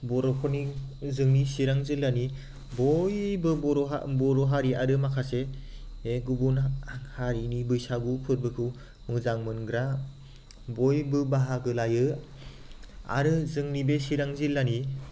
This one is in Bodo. बर'फोरनि जोंनि चिरां जिल्लानि बयबो बर' हारि बर' हारि आरो माखासे गुबुन हारिनि बैसागु फोरबोखौ मोजां मोनग्रा बयबो बाहागो लायो आरो जोंनि बे चिरां जिल्लानि